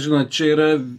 žinot čia yra